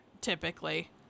typically